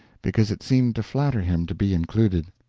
because it seemed to flatter him to be included.